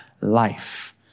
life